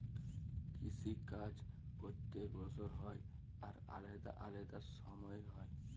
কিসি কাজ প্যত্তেক বসর হ্যয় আর আলেদা আলেদা সময়ে হ্যয়